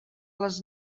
les